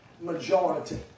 majority